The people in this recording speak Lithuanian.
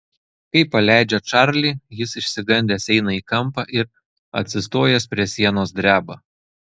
kai paleidžia čarlį jis išsigandęs eina į kampą ir atsistojęs prie sienos dreba